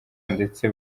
ndetse